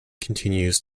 continues